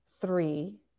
three